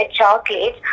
chocolate